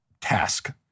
task